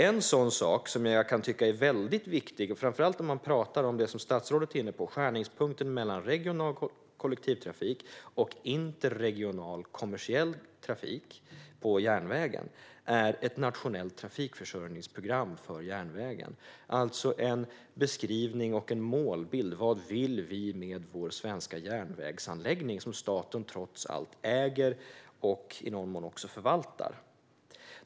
En sak som jag kan tycka är väldigt viktig, framför allt om man talar om det som statsrådet är inne på, alltså skärningspunkten mellan regional kollektivtrafik och interregional kommersiell trafik på järnvägen, är ett nationellt trafikförsörjningsprogram för järnvägen - alltså en beskrivning och en målbild av vad vi vill med vår svenska järnvägsanläggning som staten trots allt äger och i någon mån också förvaltar.